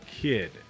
kid